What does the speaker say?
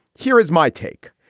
here is my take.